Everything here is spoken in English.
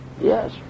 Yes